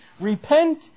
Repent